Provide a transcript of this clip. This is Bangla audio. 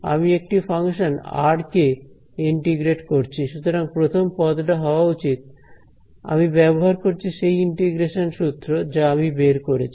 আমি একটি ফাংশন আর কে ইন্টিগ্রেট করছি সুতরাং প্রথম পদ টা হওয়া উচিত আমি ব্যবহার করছি সেই ইন্টিগ্রেশন সূত্র যা আমি বের করেছি